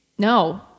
No